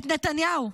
את נתניהו.